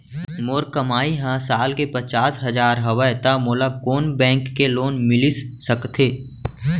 मोर कमाई ह साल के पचास हजार हवय त मोला कोन बैंक के लोन मिलिस सकथे?